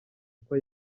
uko